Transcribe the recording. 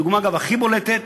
אגב, הדוגמה הכי בולטת